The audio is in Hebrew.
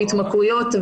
והתמכרויות,